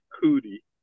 Cootie